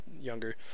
younger